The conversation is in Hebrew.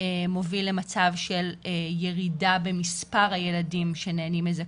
מוביל למצב של ירידה במספר הילדים שנהנים מזכאות,